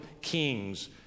kings